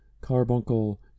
carbuncle